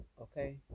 Okay